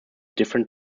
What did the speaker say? different